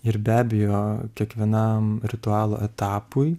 ir be abejo kiekvienam ritualo etapui